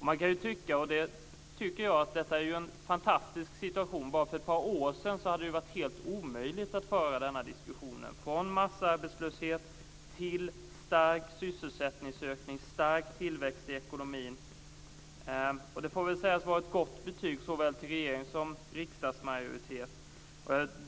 Man kan ju tycka, det tycker i alla fall jag, att detta är en fantastisk situation. Bara för ett par år sedan hade det varit helt omöjligt att föra denna diskussion. Från massarbetslöshet till stark sysselsättningsökning och stark tillväxt i ekonomin - det får väl sägas vara ett gott betyg till såväl regering som riksdagsmajoritet.